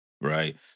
Right